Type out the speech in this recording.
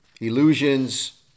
illusions